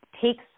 takes